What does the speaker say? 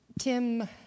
Tim